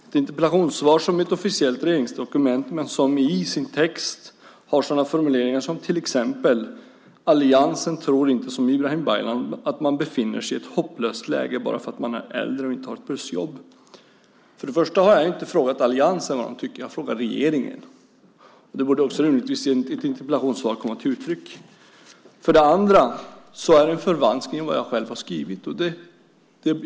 Ett interpellationssvar är ett officiellt regeringsdokument, men det här har i sin text till exempel följande formulering: "Alliansen tror inte, som Ibrahim Baylan, att man befinner sig i ett 'hopplöst läge' bara för att man är äldre och inte har ett plusjobb." För det första har jag inte frågat vad alliansen tycker utan jag har frågat regeringen. Det borde rimligtvis komma till uttryck i ett interpellationssvar. För det andra är det en förvanskning av vad jag själv har skrivit.